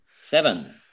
Seven